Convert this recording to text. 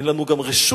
אין לנו גם רשות